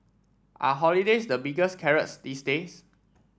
are holidays the biggest carrots these days